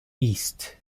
east